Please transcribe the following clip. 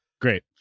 Great